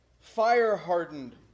fire-hardened